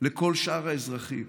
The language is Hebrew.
לכל שאר האזרחים,